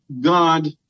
God